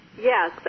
yes